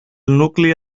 nucli